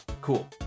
Cool